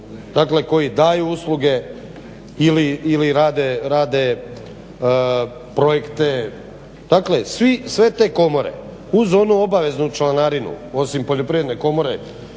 koji daje usluge ili rade projekte. Dakle, sve te komore uz onu obaveznu članarinu osim Poljoprivredne komore